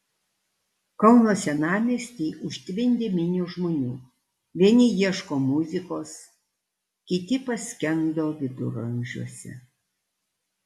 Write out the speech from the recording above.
kauno senamiestį užtvindė minios žmonių vieni ieško muzikos kiti paskendo viduramžiuose